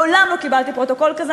מעולם לא קיבלתי פרוטוקול כזה,